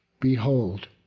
behold